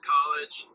College